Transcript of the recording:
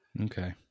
Okay